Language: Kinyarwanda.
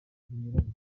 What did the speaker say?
binyuranye